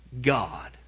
God